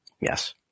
Yes